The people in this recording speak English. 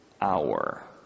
hour